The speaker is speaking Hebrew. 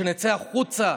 שנצא החוצה,